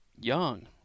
young